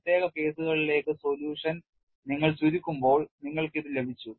പ്രത്യേക കേസുകളിലേക്കുള്ള solution നിങ്ങൾ ചുരുക്കുമ്പോൾ നിങ്ങൾക്ക് ഇത് ലഭിച്ചു